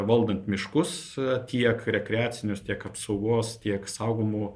valdant miškus tiek rekreacinius tiek apsaugos tiek saugomų